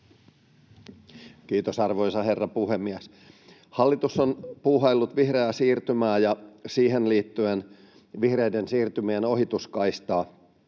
Kiitos, arvoisa herra puhemies! Hallitus on puuhaillut vihreää siirtymää ja siihen liittyen vihreiden siirtymien ohituskaistaa.